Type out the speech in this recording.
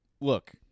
look